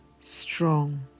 strong